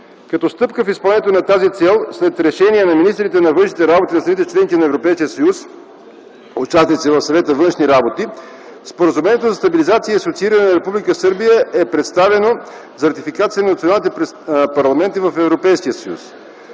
Като стъпка в изпълнението на тази цел, след решение на министрите на външните работи на страните - членки на Европейския съюз, участници в Съвета „Външни работи”, Споразумението за стабилизация и асоцииране на Република Сърбия е предоставено за ратификация на националните парламенти в